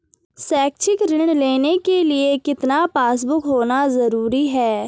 शैक्षिक ऋण लेने के लिए कितना पासबुक होना जरूरी है?